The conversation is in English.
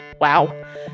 wow